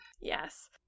Yes